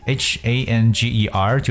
hanger